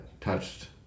touched